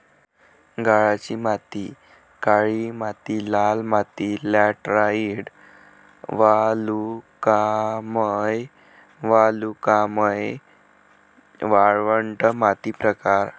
गाळाची माती काळी माती लाल माती लॅटराइट वालुकामय वालुकामय वाळवंट माती प्रकार